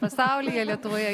pasaulyje lietuvoje